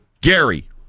Gary